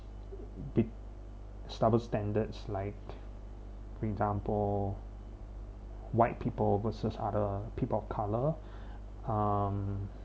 established standards like for example white people versus other people of colour um